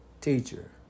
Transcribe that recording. teacher